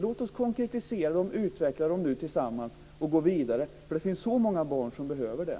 Låt oss nu konkretisera och utveckla dem tillsammans och gå vidare, för det finns så många barn som behöver det.